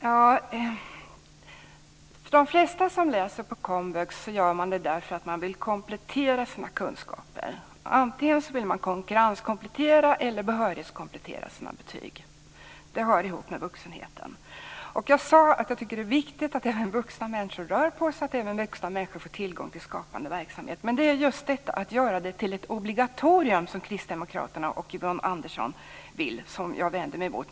Herr talman! De flesta som läser på komvux gör det därför att de vill komplettera sina kunskaper. Antingen vill man konkurrenskomplettera eller också vill man behörighetskomplettera sina betyg. Det hör ihop med vuxenheten. Jag sade att jag tycker att det är viktigt att även vuxna människor rör på sig och får tillgång till skapande verksamhet men det är just detta att göra det till ett obligatorium som kristdemokraterna och Yvonne Andersson vill som jag vänder mig mot.